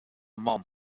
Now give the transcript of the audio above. mum